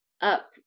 up